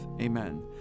Amen